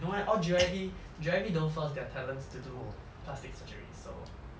no eh all J_Y_P J_Y_P don't force their talents to do plastic surgery so